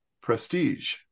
prestige